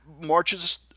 marches